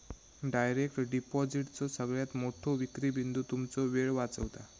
direct डिपॉजिटचो सगळ्यात मोठो विक्री बिंदू तुमचो वेळ वाचवता